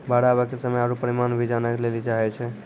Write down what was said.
बाढ़ आवे के समय आरु परिमाण भी जाने लेली चाहेय छैय?